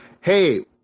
Hey